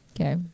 Okay